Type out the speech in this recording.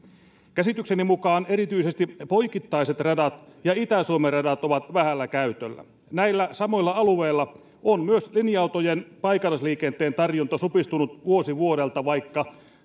käsitykseni mukaan erityisesti poikittaiset radat ja itä suomen radat ovat vähällä käytöllä näillä samoilla alueilla on myös linja autojen paikallisliikenteen tarjonta supistunut vuosi vuodelta vaikka